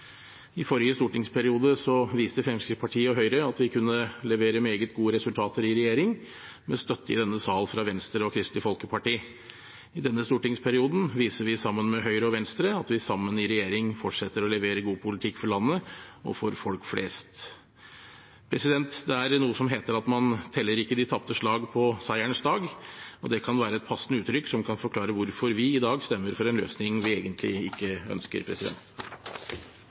I forrige stortingsperiode viste Fremskrittspartiet og Høyre at vi kunne levere meget gode resultater i regjering, med støtte i denne sal fra Venstre og Kristelig Folkeparti. I denne stortingsperioden viser vi sammen med Høyre og Venstre at vi sammen i regjering fortsetter å levere god politikk for landet og for folk flest. Det er noe som heter at man ikke teller de tapte slag på seierens dag. Det kan være et passende uttrykk til å forklare hvorfor vi i dag stemmer for en løsning vi egentlig ikke ønsker.